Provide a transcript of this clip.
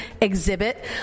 exhibit